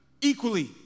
equally